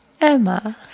Emma